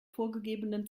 vorgegebenen